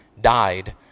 died